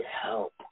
help